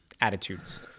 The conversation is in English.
attitudes